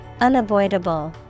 Unavoidable